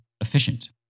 efficient